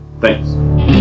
Thanks